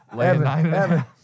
Evan